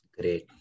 Great